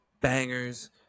bangers